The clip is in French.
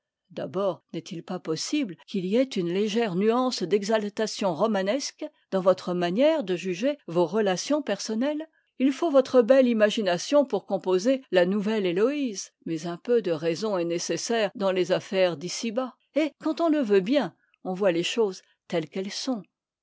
d'atbord n'est-il pas possible qu'il y ait une légère nuance d'exaltation romanesque dans votre ma nière de juger vos relations personnelles il faut votre belle imagination pour composer la nou velle héloïse mais un peu de raison est néces saire dans les affaires d'ici-bas et quand on le veut bien on voit les choses telles qu'elles sont